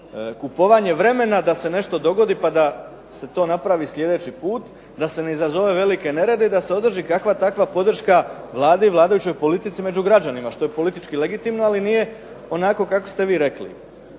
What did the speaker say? kupovanje vremena da se nešto dogodi, pa da se to napravi sljedeći put, da se ne izazove velike nerede i da se održi kakva takva podrška Vladi i vladajućoj politici među građanima, što je politički legitimno, ali nije onako kako ste vi rekli.